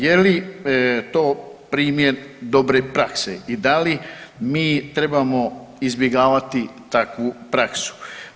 Je li to primjer dobre prakse i da li mi trebamo izbjegavati takvu praksu?